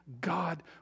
God